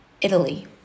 Italy